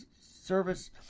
service